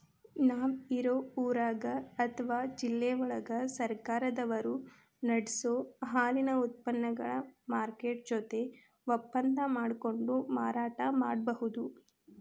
ನಾವ್ ಇರೋ ಊರಾಗ ಅತ್ವಾ ಜಿಲ್ಲೆವಳಗ ಸರ್ಕಾರದವರು ನಡಸೋ ಹಾಲಿನ ಉತ್ಪನಗಳ ಮಾರ್ಕೆಟ್ ಜೊತೆ ಒಪ್ಪಂದಾ ಮಾಡ್ಕೊಂಡು ಮಾರಾಟ ಮಾಡ್ಬಹುದು